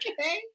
Okay